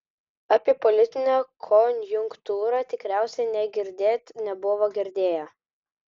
apie politinę konjunktūrą tikriausiai nė girdėt nebuvo girdėję